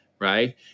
right